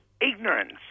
ignorance